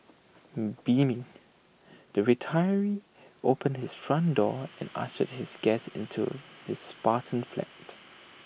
beaming the retiree opened his front door and ushered his guest into his Spartan flat